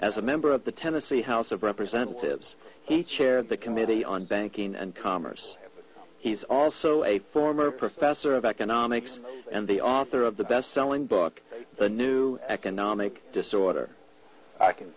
as a member of the tennessee house of representatives he chaired the committee on banking and commerce he's also a former professor of economics and the author of the bestselling book the new economic disorder i can